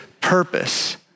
purpose